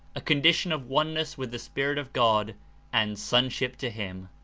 a condition of oneness with the spirit of god and son ship to him.